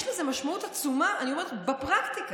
יש לזה משמעות עצומה, אני אומרת, בפרקטיקה.